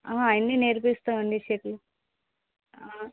ఆయన్ని నేర్పిస్తాం అండి షటిల్